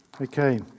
Okay